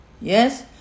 yes